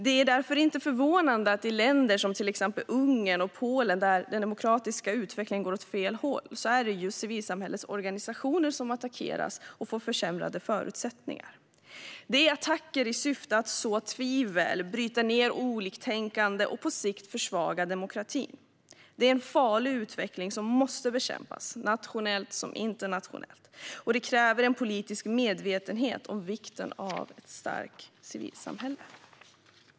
Det är därför inte förvånande att det i länder som till exempel Ungern och Polen, där den demokratiska utvecklingen går åt fel håll, är just civilsamhällets organisationer som attackeras och får försämrade förutsättningar. Det är attacker i syfte att så tvivel, bryta ned oliktänkande och på sikt försvaga demokratin. Det är en farlig utveckling som måste bekämpas, nationellt som internationellt, och det kräver politisk medvetenhet om vikten av ett starkt civilsamhälle.